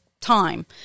time